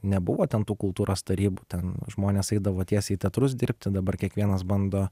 nebuvo ten tų kultūros tarybų ten žmonės eidavo tiesiai į teatrus dirbti dabar kiekvienas bando